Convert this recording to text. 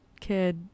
kid